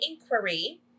inquiry